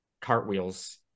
cartwheels